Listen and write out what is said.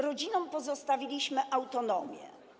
Rodzinom pozostawiliśmy autonomię.